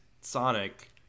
sonic